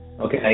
okay